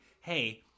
hey